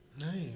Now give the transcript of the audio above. Nice